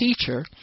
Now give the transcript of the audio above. teacher